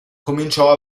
cominciò